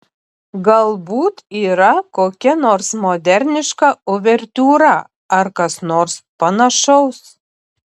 galbūt yra kokia nors moderniška uvertiūra ar kas nors panašaus